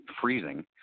freezing